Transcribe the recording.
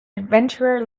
adventurer